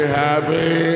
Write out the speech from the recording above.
happy